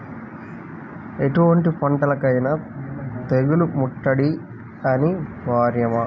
ఎటువంటి పంటలకైన తెగులు ముట్టడి అనివార్యమా?